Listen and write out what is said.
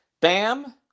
Bam